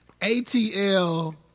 ATL